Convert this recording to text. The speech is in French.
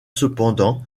cependant